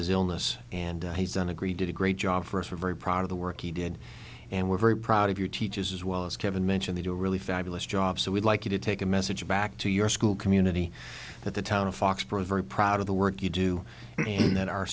his illness and he's done agree did a great job for us we're very proud of the work he did and we're very proud of your teachers as well as kevin mentioned they do a really fabulous job so we'd like you to take a message back to your school community at the town of foxborough very proud of the work you do